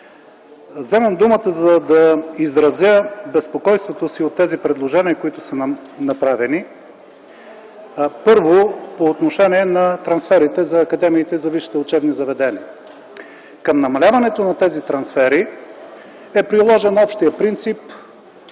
Вземам думата, за да изразя безпокойството си от тези предложения, които са направени, първо, по отношение на трансферите за академиите, за висшите учебни заведения. Към намаляването на тези трансфери е приложен общият принцип